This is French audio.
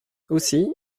aussi